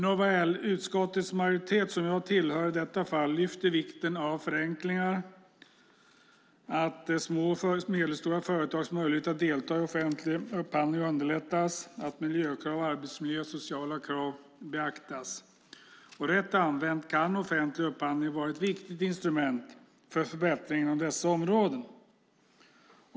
Nåväl, utskottets majoritet, som jag tillhör i detta fall, lyfter upp vikten av förenklingar, att små och medelstora företags möjligheter att delta i offentlig upphandling underlättas och att miljökrav, arbetsmiljökrav och sociala krav beaktas. Rätt använd kan offentlig upphandling vara ett viktigt instrument för förbättringar inom dessa områden.